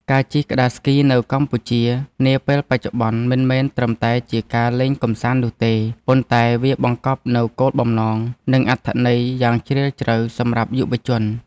ការជិះក្ដារស្គីនៅកម្ពុជានាពេលបច្ចុប្បន្ន មិនមែនត្រឹមតែជាការលេងកម្សាន្តនោះទេ ប៉ុន្តែវាបង្កប់នូវគោលបំណង និងអត្ថន័យយ៉ាងជ្រាលជ្រៅសម្រាប់យុវជន។